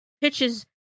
pitches